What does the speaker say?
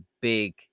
big